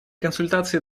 консультации